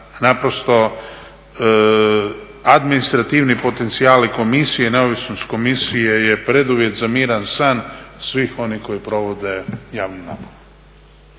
naprosto administrativni potencijali Komisije, neovisnost Komisije je preduvjet za miran san svih onih koji provode javnu nabavu